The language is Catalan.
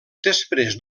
després